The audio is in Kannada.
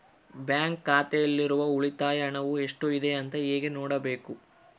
ಬ್ಯಾಂಕ್ ಖಾತೆಯಲ್ಲಿರುವ ಉಳಿತಾಯ ಹಣವು ಎಷ್ಟುಇದೆ ಅಂತ ಹೇಗೆ ನೋಡಬೇಕು?